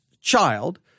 child